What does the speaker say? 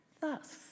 Thus